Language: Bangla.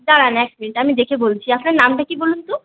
দাঁড়ান এক মিনিট আমি দেখে বলছি আপনার নামটা কী বলুন তো